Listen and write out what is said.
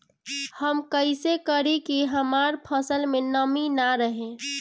हम ई कइसे करी की हमार फसल में नमी ना रहे?